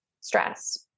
stress